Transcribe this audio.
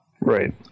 Right